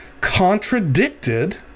contradicted